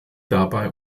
dabei